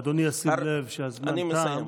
אדוני ישים לב שהזמן תם.